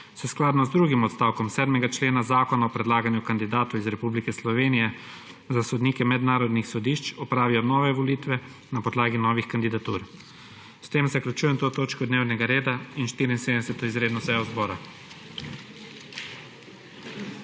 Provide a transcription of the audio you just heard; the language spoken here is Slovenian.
se skladno z drugim odstavkom 7. člena Zakona o predlaganju kandidatov iz Republike Slovenije za sodnike mednarodnih sodišč opravijo nove volitve na podlagi novih kandidatur. S tem zaključujem to točko dnevnega reda in 74. izredno sejo zbora.